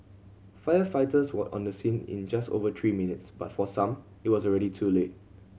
firefighters were on the scene in just over three minutes but for some it was already too late